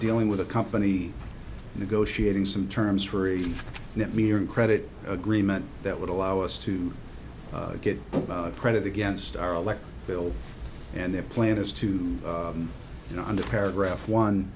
dealing with a company negotiating some terms for a net metering credit agreement that would allow us to get credit against our electric bill and their plan is to you know under paragraph one